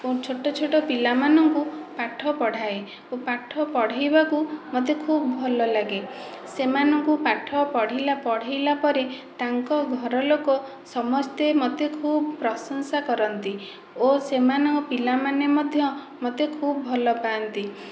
ଛୋଟ ଛୋଟ ପିଲାମାନଙ୍କୁ ପାଠ ପଢ଼ାଏ ପାଠ ପଢ଼ାଇବାକୁ ମତେ ଖୁବ ଭଲ ଲାଗେ ସେମାନଙ୍କୁ ପାଠ ପଢ଼ାଇଲା ପଢ଼ାଇଲା ପରେ ତାଙ୍କ ଘର ଲୋକ ସମସ୍ତେ ମୋତେ ଖୁବ ପ୍ରସଂଶା କରନ୍ତି ଓ ସେମାନଙ୍କ ପିଲାମାନେ ମଧ୍ୟ ମୋତେ ଖୁବ ଭଲ ପାନ୍ତି